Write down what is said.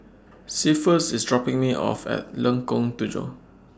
Cephus IS dropping Me off At Lengkong Tujuh